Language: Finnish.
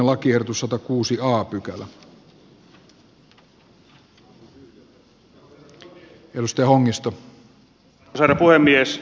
arvoisa herra puhemies